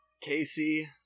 Casey